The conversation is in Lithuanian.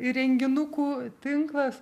įrenginukų tinklas